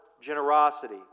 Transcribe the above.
generosity